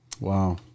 Wow